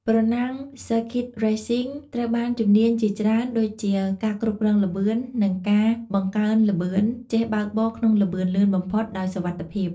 ប្រណាំង ស៊ើរឃីត រេសស៊ីង (Circuit Racing) ត្រូវមានជំនាញជាច្រើនដូចជា ការគ្រប់គ្រងល្បឿន និងការបង្កើនល្បឿន: ចេះបើកបរក្នុងល្បឿនលឿនបំផុតដោយសុវត្ថិភាព។